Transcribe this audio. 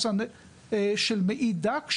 ואולטרסאונד של מעי דק,